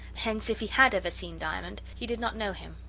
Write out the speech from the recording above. hence, if he had ever seen diamond, he did not know him.